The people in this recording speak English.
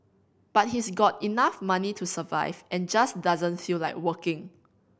but he's got enough money to survive and just doesn't feel like working